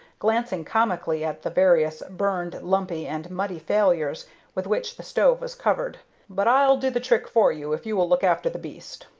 glancing comically at the various burned, lumpy, and muddy failures with which the stove was covered but i'll do the trick for you if you will look after the beast.